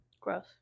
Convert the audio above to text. gross